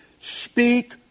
speak